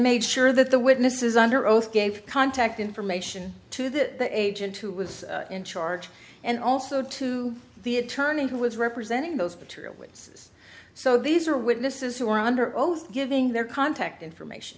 made sure that the witnesses under oath gave contact information to the agent who was in charge and also to the attorney who was representing those materials which is so these are witnesses who are under oath giving their contact information